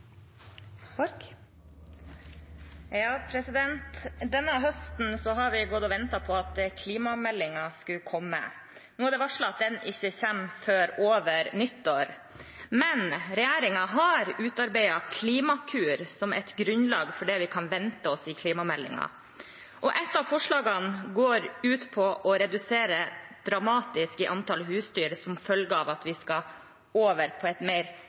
Denne høsten har vi gått og ventet på at klimameldingen skulle komme. Nå er det varslet at den ikke kommer før over nyttår, men regjeringen har utarbeidet Klimakur, som et grunnlag for det vi kan vente oss i klimameldingen. Ett av forslagene går ut på å redusere antall husdyr dramatisk, som følge av at vi skal over på